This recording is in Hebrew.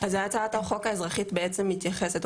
אז הצעת החוק האזרחי בעצם מתייחסת,